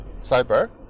Cyber